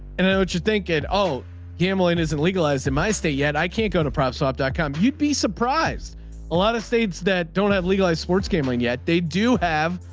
and i know what you think. oh gambling isn't legalized in my state yet. i can't go to prop shop dot com. you'd be surprised a lot of states that don't have legalized sports gambling yet they do have